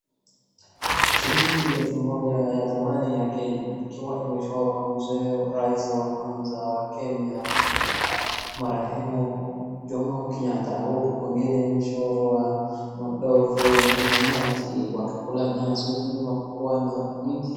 Shilingi elfu moja ya zamani ya Kenya ikiwa imechorwa mzee rais wa kwanza wa Kenya marehemu Jomo Kenyatta huku kwingine imechorwa ma ndovu na nyati wakikula nyasi huku nyuma kukiwa na mti.